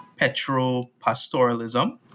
petropastoralism